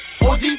OG